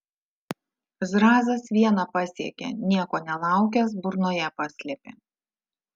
zrazas vieną pasiekė nieko nelaukęs burnoje paslėpė